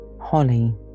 holly